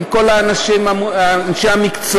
עם כל אנשי המקצוע,